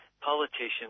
Politicians